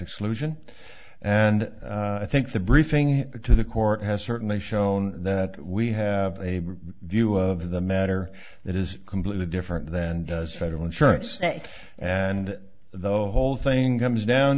exclusion and i think the briefing to the court has certainly shown that we have a view of the matter that is completely different then does federal insurance and though whole thing comes down